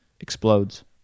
explodes